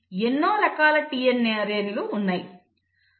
ఎన్నో రకాల tRNAలు ఉన్నాయి